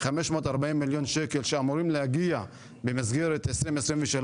540 מיליון שקל שאמורים להגיע במסגרת 2023,